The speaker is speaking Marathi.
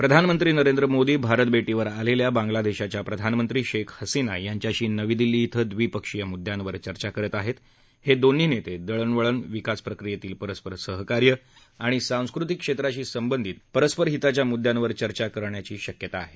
प्रधानमंत्री नरेंद्र मोदी भारत भेटीवर आलेल्या बांगलादेशाच्या प्रधानमंत्री शेख हसिना यांच्याशी आज नवी दिल्ली इथं द्विपक्षीय मुद्यांवर चर्चा करत आहेत हे दोन्ही नेते दळणवळण विकास प्रक्रियेतील परस्पर सहकार्य आणि सांस्कृतिक क्षेत्राशी संबंधित परस्पर हिताच्या मुद्यांवर चर्चा करतील असं त्यांनी सांगितलं